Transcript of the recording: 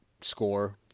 score